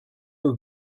have